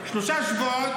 שנייה, טלי.